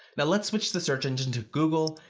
now, let's switch the search engine to google.